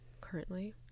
currently